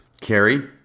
Carrie